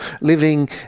living